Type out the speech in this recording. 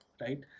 right